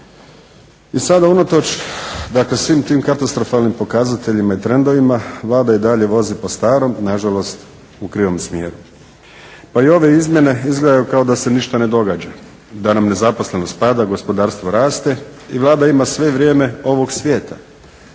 I sada unatoč dakle svim tim katastrofalnim pokazateljima i trendovima, Vlada i dalje vozi po starom, nažalost u krivom smjeru. Pa i ove izmjene izgledaju kao da se ništa ne događa, da nam nezaposlenost pada, gospodarstvo raste i Vlada ima sve vrijeme ovoga svijeta.